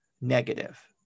negative